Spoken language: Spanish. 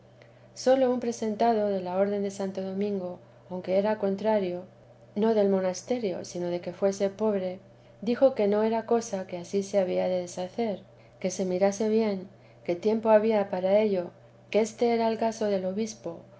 sólo un presentado de la orden de santo domingo aunque era contrario no del monasterio sino de que fuese pobre dijo que ño era cosa que ansí se había de deshacer que se mirase bien que tiempo había para ello que este era caso del obispo